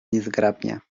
niezgrabnie